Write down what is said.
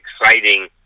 exciting